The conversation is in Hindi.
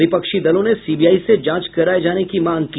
विपक्षी दलों ने सीबीआई से जांच कराये जाने की मांग की